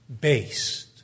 based